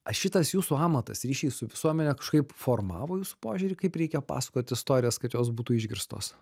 a šitas jūsų amatas ryšys su visuomene kažkaip formavo jūsų požiūrį kaip reikia pasakot istorijas kad jos būtų išgirstos